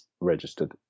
registered